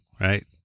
right